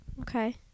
Okay